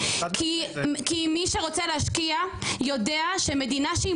כי מי שרוצה להשקיע יודע שמדינה שהיא